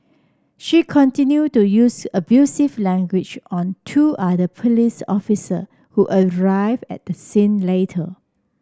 she continued to use abusive language on two other police officer who arrived at the scene later